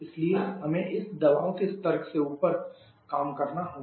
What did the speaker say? इसलिए हमें इस दबाव के स्तर से ऊपर काम करना होगा